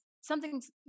something's